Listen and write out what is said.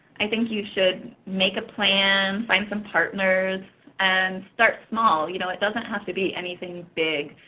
i think you should make a plan, find some partners, and start small. you know it doesn't have to be anything big.